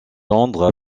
londres